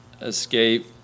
escape